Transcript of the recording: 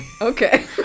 okay